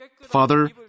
Father